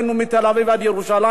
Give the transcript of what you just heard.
מתל-אביב עד ירושלים,